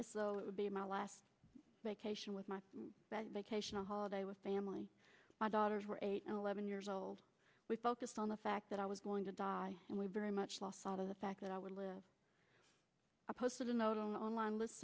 as though it would be my last vacation with my vacation a holiday with family my daughters were eight and eleven years old we focused on the fact that i was going to die and we very much lost all of the fact that i would live i posted a note online list